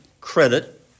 credit